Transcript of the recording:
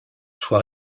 soit